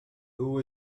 who